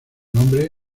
nombre